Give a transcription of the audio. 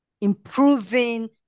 improving